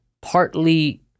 partly